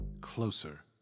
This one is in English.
closer